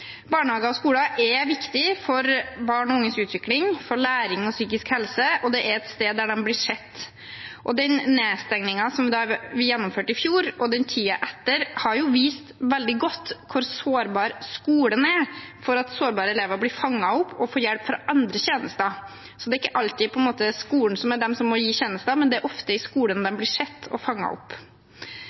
og skoler er viktige for barn og unges utvikling, læring og psykiske helse, og det er et sted der de blir sett. Nedstengningen vi gjennomførte i fjor og tiden etter, har vist veldig godt hvor sårbar skolen er for at sårbare elever ikke blir fanget opp og får hjelp fra andre tjenester. Det er ikke alltid skolen som må gi tjenester, men det er ofte i skolen de blir sett og fanget opp.